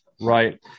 Right